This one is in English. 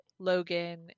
Logan